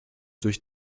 durch